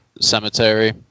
Cemetery